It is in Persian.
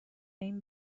این